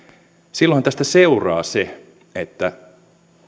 silloinhan tästä seuraa se